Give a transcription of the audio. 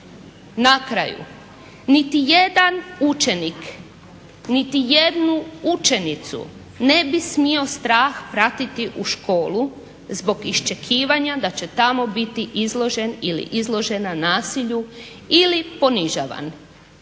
Na kraju, niti jedan učenik, niti jednu učenicu ne bi smio strah pratiti u školu zbog iščekivanja da će tamo biti izložen ili izložena nasilju ili ponižavan.